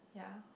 yeah